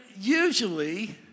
usually